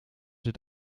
het